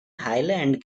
highland